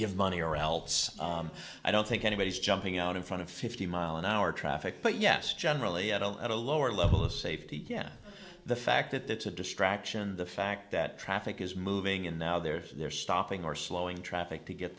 give money or else i don't think anybody's jumping out in front of fifty mile an hour traffic but yes generally at all at a lower level of safety the fact that it's a distraction the fact that traffic is moving in now there's they're stopping or slowing traffic to get